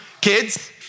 Kids